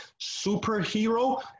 superhero